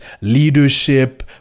leadership